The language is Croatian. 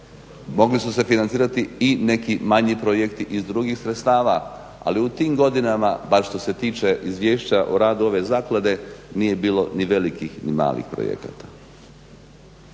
mogli su se financirati i neki manji projekti iz drugih sredstava, ali u tim godinama bar što se tiče izvješća o radu ove zaklade nije bilo ni velikih ni malih projekata.